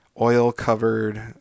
oil-covered